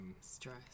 Stress